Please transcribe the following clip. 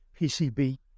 PCB